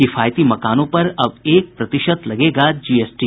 किफायती मकानों पर अब एक प्रतिशत लगेगा जीएसटी